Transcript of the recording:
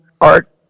art